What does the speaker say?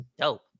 dope